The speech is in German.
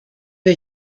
wir